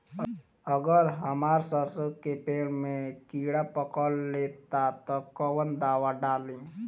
अगर हमार सरसो के पेड़ में किड़ा पकड़ ले ता तऽ कवन दावा डालि?